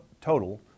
total